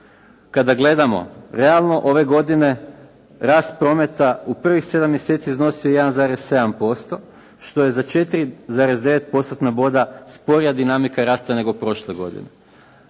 Kada gledamo realno ove godine rast prometa u prvih 7 mjeseci iznosio je 1,7%, što je za 4,9% sporija dinamika rasta nego prošle godine.